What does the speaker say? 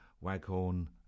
Waghorn